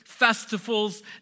festivals